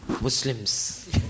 Muslims